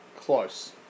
Close